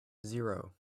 zero